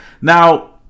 Now